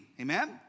Amen